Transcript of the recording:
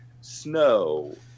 Snow